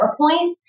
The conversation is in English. PowerPoint